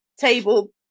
table